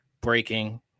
breaking